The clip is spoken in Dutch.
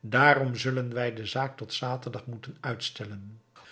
daarom zullen wij de zaak tot zaterdag moeten uitstellen